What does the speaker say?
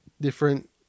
different